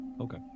Okay